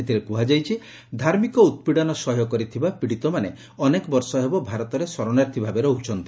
ଏଥିରେ କୃହାଯାଇଛି ଧାର୍ମିକ ଉତ୍ପୀଡ଼ନ ସହ୍ୟ କରିଥିବା ପୀଡ଼ିତମାନେ ଅନେକ ବର୍ଷ ହେବ ଭାରତରେ ଶରଣାର୍ଥୀ ଭାବେ ରହୁଛନ୍ତି